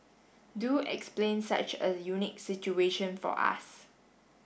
do explain such a unique situation for us